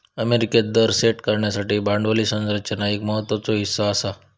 अमेरिकेत दर सेट करण्यासाठी भांडवली संरचना एक महत्त्वाचो हीस्सा आसा